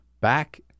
back